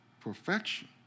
perfection